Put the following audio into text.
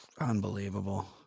Unbelievable